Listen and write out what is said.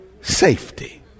safety